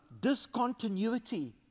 discontinuity